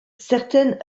certaines